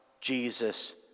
Jesus